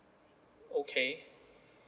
okay